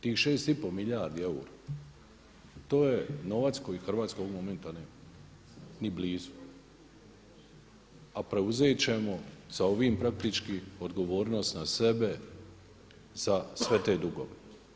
Tih šest i pol milijardi eura to je novac koji Hrvatska ovog momenta nema ni blizu, a preuzet ćemo sa ovim praktički odgovornost na sebe za sve te dugove.